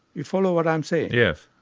you follow what i'm saying? yes.